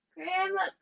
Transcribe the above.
Grandma